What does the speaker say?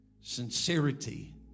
Sincerity